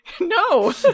No